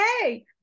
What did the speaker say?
hey